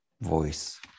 voice